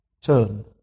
turn